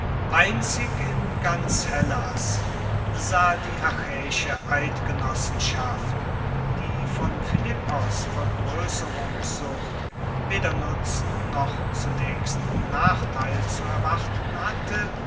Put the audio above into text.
einzig in ganz hellas sah die achaeische eidgenossenschaft die von philippos vergroesserungssucht weder nutzen noch zunaechst nachteil zu erwarten hatte